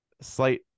slight